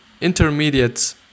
intermediates